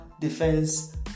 defense